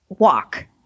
walk